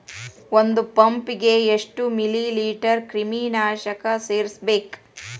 ಒಂದ್ ಪಂಪ್ ಗೆ ಎಷ್ಟ್ ಮಿಲಿ ಲೇಟರ್ ಕ್ರಿಮಿ ನಾಶಕ ಸೇರಸ್ಬೇಕ್?